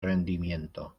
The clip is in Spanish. rendimiento